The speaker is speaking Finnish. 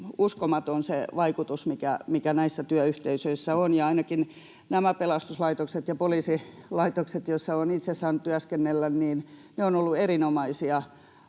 uskomaton, mikä näissä työyhteisöissä on, ja ainakin nämä pelastuslaitokset ja poliisilaitokset, joissa olen itse saanut työskennellä, ovat olleet erinomaisia